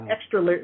extra